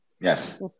Yes